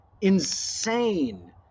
insane